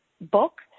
book